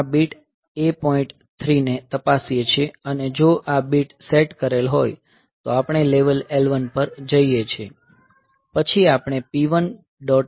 3 ને તપાસીએ છીએ અને જો આ બીટ સેટ કરેલ હોય તો આપણે લેવલ L1 પર જઈએ છીએ પછી આપણે P1